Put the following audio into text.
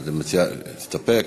את מציעה להסתפק?